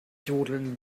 jodeln